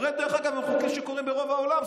הרי, דרך אגב, אלו חוקים שקורים ברוב העולם.